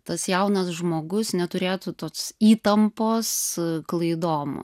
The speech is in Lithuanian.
tas jaunas žmogus neturėtų tos įtampos klaidom